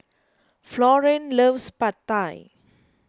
Florene loves Pad Thai